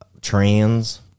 trans